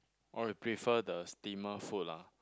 or you prefer the steamer food lah